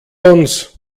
uns